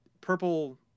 purple